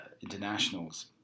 internationals